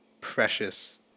precious